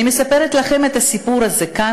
אנחנו כל כך גאים